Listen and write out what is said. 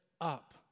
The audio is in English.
up